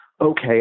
okay